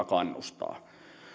kannustaa